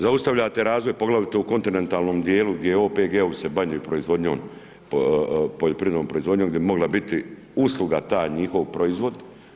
Zaustavljate razvoj, poglavito u kontinentalnom dijelu gdje OPG-om se bave proizvodnjom, poljoprivrednom proizvodnjom bi mogla biti usluga taj njihov proizvod.